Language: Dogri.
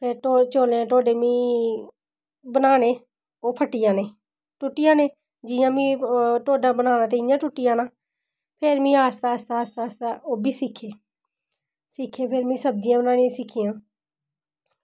ते चौलें दे टोड्डे में बनाने ओह् फट्टी जाने टुटी जाने जि'यां में टोड्डा बनाना उ'आं टुटी जाना फिर में आस्तै आस्तै ओह्बी सिक्खे सिक्खे ते में सब्जियां बनाना सिक्खियां